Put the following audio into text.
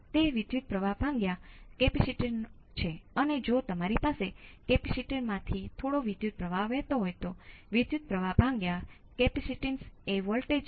તેથી જ્યાંરે t એ 0 કરતાં વધારે હોય ત્યારે I R t માટે સમીકરણ શું છે 7 મિલીએમ્પ ઘાતાંકીય t ભાગ્યા 1 માઇક્રો સેકન્ડ તે બધુ જ છે